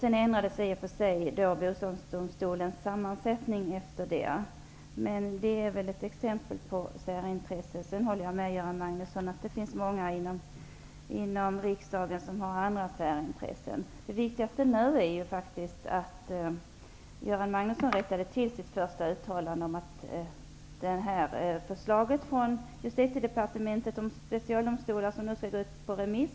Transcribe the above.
Efter det ändrades domstolens sammansättning. Det är väl ett bra exempel på särintressen. Jag håller med Göran Magnusson om att det finns många inom riksdagen som har andra särintressen. Men det viktigaste att konstatera nu är att Göran Magnusson rättade till sitt uttalande om förslaget från Justitiedepartementet om specialdomstolar som nu skall skickas ut på remiss.